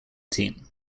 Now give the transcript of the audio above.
team